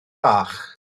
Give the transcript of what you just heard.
bach